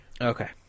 okay